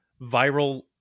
viral